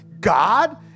God